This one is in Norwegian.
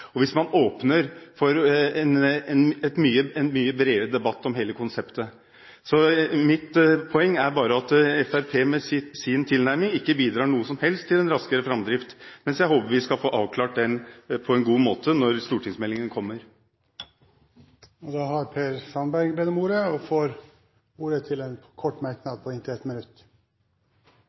hvis man åpner for en mye bredere debatt om hele konseptet. Så mitt poeng er at Fremskrittspartiet med sin tilnærming ikke bidrar med noe som helst til en raskere framdrift, mens jeg håper vi skal få avklart den på en god måte når stortingsmeldingen kommer. Representanten Per Sandberg får ordet til en kort merknad, begrenset til 1 minutt.